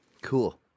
cool